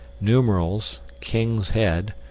numerals, king's head,